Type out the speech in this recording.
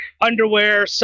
underwear